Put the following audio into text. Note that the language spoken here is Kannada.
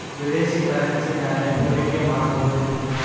ವಿದೇಶಿ ಕರೆನ್ಸಿ ಮ್ಯಾಲೆ ಹೂಡಿಕೆ ಮಾಡಬಹುದೇನ್ರಿ?